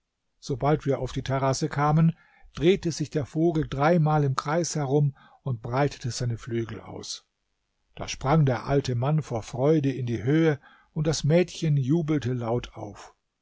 sobald wir auf die terrasse kamen drehte sich der vogel dreimal im kreis herum und breitete seine flügel aus da sprang der alte mann vor freude in die höhe und das mädchen jubelte laut auf